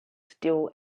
still